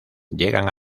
llegan